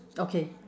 okay